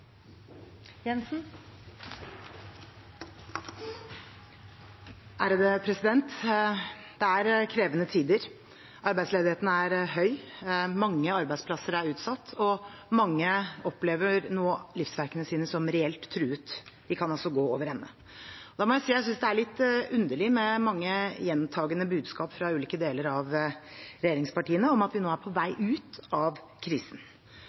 utsatt, og mange opplever nå livsverkene sine som reelt truet – de kan altså gå over ende. Da må jeg si at jeg synes det er litt underlig med mange gjentakende budskap fra ulike deler av regjeringspartiene om at vi nå er på vei ut av krisen.